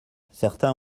certains